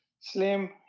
slim